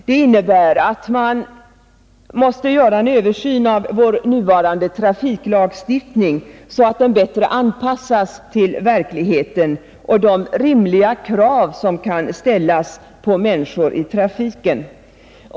Det innebär bl.a. att en översyn måste göras av vår nuvarande trafiklagstiftning så att den bättre anpassas till verkligheten och de rimliga krav som kan ställas på människor i trafiken.